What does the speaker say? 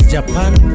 Japan